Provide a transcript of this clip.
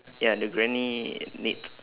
ya the granny knit